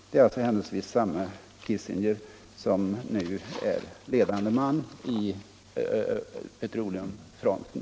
Det är alltså samme Kissinger som nu är ledande namn i petroleumfronten.